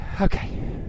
okay